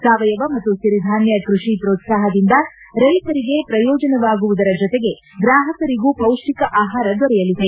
ಸಾವಯವ ಮತ್ತು ಸಿರಿಧಾನ್ಯ ಕೃಷಿ ಪ್ರೋತ್ಸಾಹದಿಂದ ರೈತರಿಗೆ ಪ್ರಯೋಜನವಾಗುವುದರ ಜೊತೆಗೆ ಗ್ರಾಹಕರಿಗೂ ಪೌಷ್ಠಿಕ ಆಹಾರ ದೊರೆಯಲಿದೆ